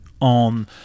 on